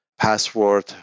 password